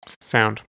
sound